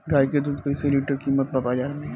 गाय के दूध कइसे लीटर कीमत बा बाज़ार मे?